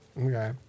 Okay